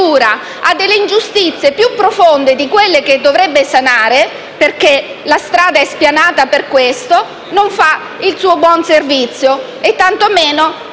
a ingiustizie più profonde di quelle che dovrebbe sanare, perché la strada è spianata per questo, non fa il suo buon servizio; tantomeno